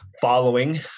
following